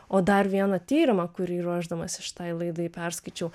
o dar vieną tyrimą kurį ruošdamasi šitai laidai perskaičiau